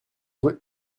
with